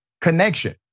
connection